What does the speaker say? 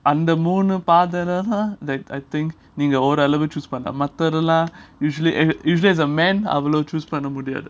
அந்த மூணு:andha moonu that I think நீங்க ஓரளவு:neenga oralavu choose பண்ணலாம் மத்ததுலாம்:pannalam mathathulam usually usually as a man choose பண்ண முடியாது:panna mudiathu